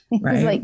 right